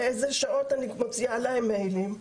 קצינות המשטרה יודעות באילו שעות אני מוציאה להם מיילים.